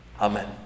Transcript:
Amen